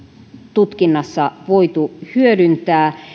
tutkinnassa voitu hyödyntää